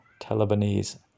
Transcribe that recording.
Talibanese